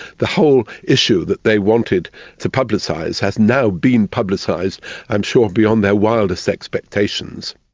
the whole issue that they wanted to publicise has now been publicised i'm sure beyond their wildest expectations.